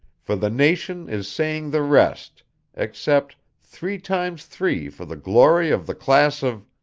for the nation is saying the rest except three times three for the glory of the class of,